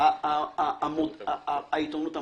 העיתונות המודפסת.